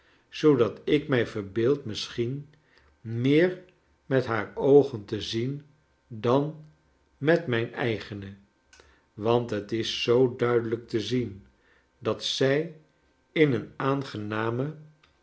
zoodat ik mij verbeeld misschien meer met haar oogen te zien dat met mijn eigene want het is zoo duidelijk te zien dat zij in een aangename